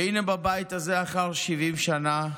והינה, בבית הזה, אחר 70 שנה,